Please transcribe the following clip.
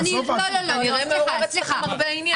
הסוף עצוב.